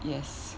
yes